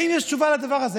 האם יש תשובה על הדבר הזה?